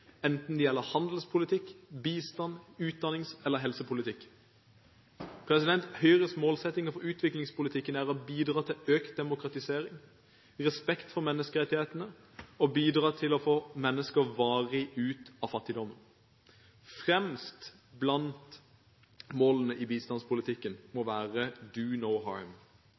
enten det gjelder handelspolitikk, bistand, utdannings- eller helsepolitikk. Høyres målsettinger for utviklingspolitikken er å bidra til økt demokratisering, respekt for menneskerettighetene og bidra til å få mennesker varig ut av fattigdom. Fremst blant målene i bistandspolitikken må være